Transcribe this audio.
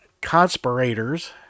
conspirators